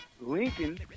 Lincoln